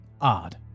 odd